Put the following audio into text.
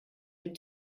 dem